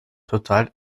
total